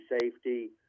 safety